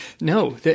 no